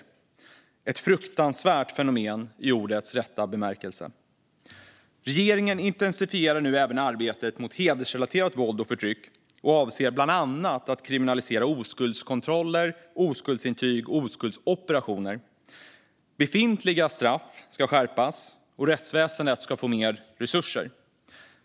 Det är ett fruktansvärt fenomen, i ordets rätta bemärkelse. Regeringen intensifierar nu arbetet mot hedersrelaterat våld och förtryck och avser bland annat att kriminalisera oskuldskontroller, oskuldsintyg och oskuldsoperationer. Befintliga straff ska skärpas, och rättsväsendet ska få mer resurser.